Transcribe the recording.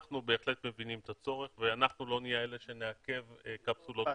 אנחנו בהחלט מבינים את הצורך ולא נהיה אלה שנעכב קפסולות,